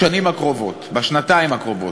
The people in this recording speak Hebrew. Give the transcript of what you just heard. בשנים הקרובות, בשנתיים הקרובות,